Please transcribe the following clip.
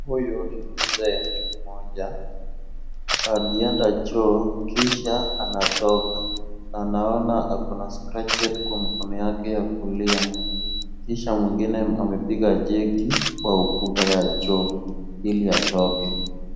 Huyu ni mzee mmoja, alienda choo kisha anatoka na naona ako na scrutchet kwa mkono yake ya kulia, kisha mwingine amepiga jeki kwa ukuta ya choo ili atoke.